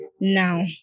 Now